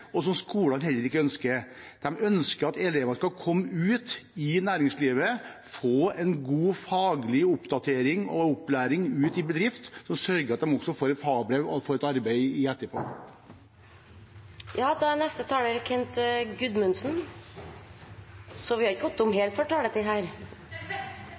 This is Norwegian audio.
at elevene skal komme ut i næringslivet, få god faglig oppdatering og opplæring ute i bedrift, som sørger for at de får et fagbrev og får et arbeid i etterkant. Jeg er veldig glad i dag for at vi